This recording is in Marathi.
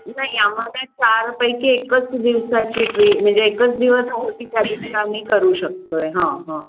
नाही आम्हाला चारपैकी एकच दिवसाची ट्री म्हणजे एकच दिवस आहे ती त्यादिवशी आम्ही करू शकतो आहे हां हां